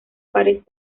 pares